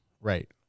Right